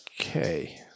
okay